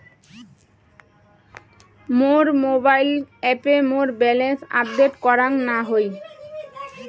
মোর mobile অ্যাপে মোর balance update করাং না হই